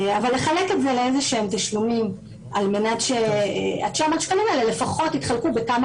אבל לחלק את זה לתשלומים על מנת ש-900 השקלים האלה לפחות יתחלקו בכמה